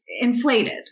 inflated